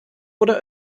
oder